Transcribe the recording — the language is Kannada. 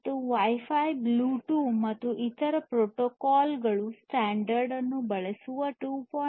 ಮತ್ತು ವೈ ಫೈ ಬ್ಲೂಟೂತ್ ಮತ್ತು ಇತರ ಪ್ರೋಟೋಕಾಲ್ಗಳು ಸ್ಟ್ಯಾಂಡರ್ಡ್ ಬಳಸುವ 2